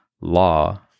law